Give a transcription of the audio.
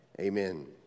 Amen